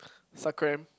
sa cram